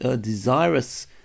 desirous